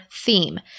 theme